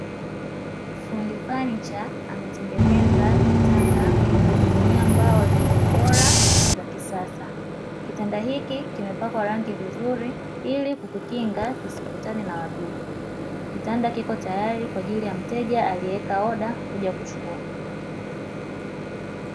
Fundi fanicha ametengeneza kitanda kwa kutumia mbao zenye ubora na za kisasa, kitanda hiki kimepakwa rangi vizuri ili kukikinga ili kisikutane na wadudu; kitanda kipo tayari kwa ajili ya mteja aliyeweka oda kuja kuchukua.